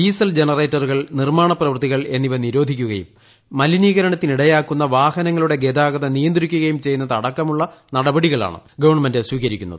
diesel ജനറേറ്ററുകൾ നിർമ്മാണപ്രവൃത്തികൾ എന്നിവ നിരോധിക്കുകയും മലിനീകരണത്തിനിടയാക്കുന്ന വാഹനങ്ങളുടെ ഗതാഗതം നിയന്ത്രിക്കുകയും ചെയ്യുന്നത് അടക്കമുള്ള നടപടികളാണ് ഗവൺമെന്റ് സ്വീകരിക്കുന്നത്